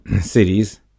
cities